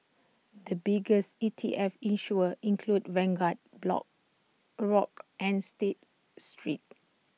the biggest E T F issuers include Vanguard black Grock and state street